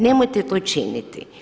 Nemojte to činiti.